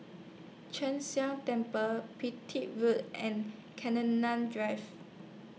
Sheng Jia Temple Pipit Road and Drive